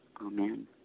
Amen